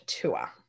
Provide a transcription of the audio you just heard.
tour